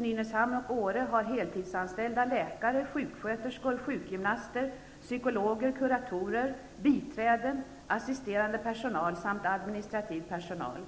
Nynäshamn och Åre har heltidsanställda läkare, sjuksköterskor, sjukgymnaster, psykologer, kuratorer, biträden, assisterande personal samt administrativ personal.